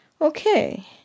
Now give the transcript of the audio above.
okay